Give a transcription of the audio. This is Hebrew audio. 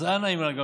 אז אנא ממך,